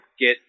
get